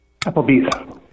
Applebee's